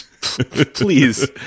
please